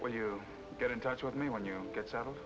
when you get in touch with me when you get settled